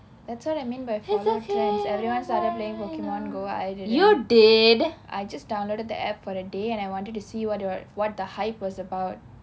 that's what I mean by following trends everyone started playing pokemon go I didn't I just downloaded the app for a day and I wanted to see what it wa~ what the hype was about